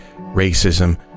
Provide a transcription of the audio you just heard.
racism